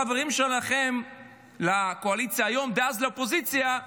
החברים שלכם לקואליציה היום, ודאז לאופוזיציה,